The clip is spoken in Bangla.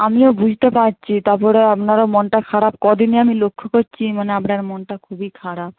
আমিও বুঝতে পাচ্ছি তারপরে আপনারও মনটা খারাপ কদিনই আমি লক্ষ্য করছি মানে আপনার মনটা খুবই খারাপ